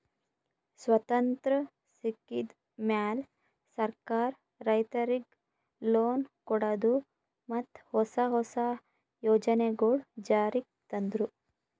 ಸ್ವತಂತ್ರ್ ಸಿಕ್ಕಿದ್ ಮ್ಯಾಲ್ ಸರ್ಕಾರ್ ರೈತರಿಗ್ ಲೋನ್ ಕೊಡದು ಮತ್ತ್ ಹೊಸ ಹೊಸ ಯೋಜನೆಗೊಳು ಜಾರಿಗ್ ತಂದ್ರು